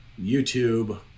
YouTube